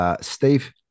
Steve